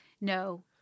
No